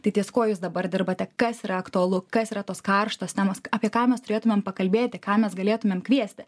tai ties kuo jūs dabar dirbate kas yra aktualu kas yra tos karštos temos apie ką mes turėtumėm pakalbėti ką mes galėtumėm kviesti